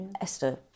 Esther